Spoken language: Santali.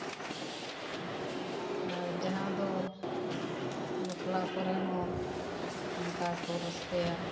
ᱟᱨ ᱡᱟᱦᱟᱸ ᱫᱚ ᱵᱟᱯᱞᱟ ᱠᱚᱨᱮ ᱦᱚᱸ ᱱᱚᱝᱠᱟ ᱠᱚ ᱨᱟᱹᱥᱠᱟᱹᱭᱟ